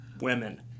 women